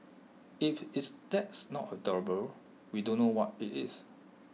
if is that's not adorable we don't know what IT is